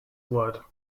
blood